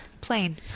Plain